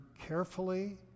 carefully